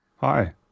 Hi